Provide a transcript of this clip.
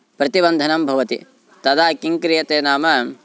प्रतिवन्धनं भवति तदा किं क्रियते नाम